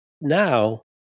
now